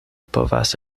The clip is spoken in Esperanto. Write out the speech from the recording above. povas